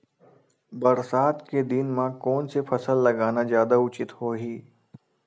बरसात के दिन म कोन से फसल लगाना जादा उचित होही?